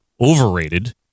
overrated